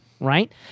right